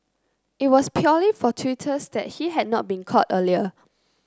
it was purely fortuitous that he had not been caught earlier